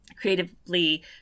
creatively